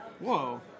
Whoa